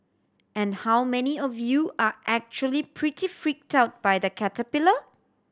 and how many of you are actually pretty freaked out by the caterpillar